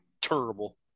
Terrible